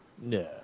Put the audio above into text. no